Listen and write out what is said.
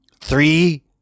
three